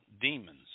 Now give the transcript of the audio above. demons